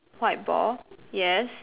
white ball yes